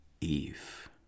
Eve